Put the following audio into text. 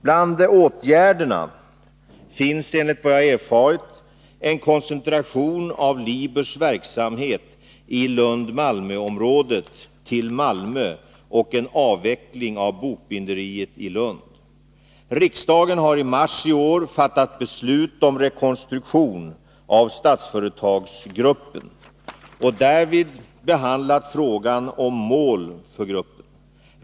Bland åtgärderna finns, enligt vad jag inhämtat, en koncentration av Libers verksamhet i Lund-Malmöområdet till Malmö och en avveckling av bokbinderiet i Lund. Riksdagen har i mars i år fattat beslut om rekonstruktion av Statsföretagsgruppen och därvid behandlat frågan om mål för gruppen.